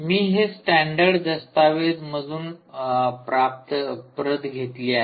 मी हे स्टॅंडर्ड दस्तावेज मधून प्रत घेतली आहे